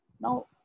Now